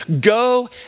Go